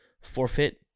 forfeit